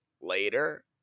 later